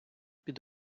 під